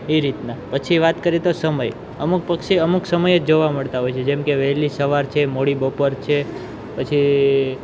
એ રીતના પછી વાત કરી તો સમય અમુક પક્ષી અમુક સમયે જ જોવા મળતા હોય છે જેમ કે વહેલી સવાર છે મોડી બપોર છે પછી